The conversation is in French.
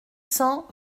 cent